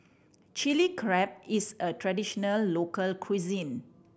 Chilli Crab is a traditional local cuisine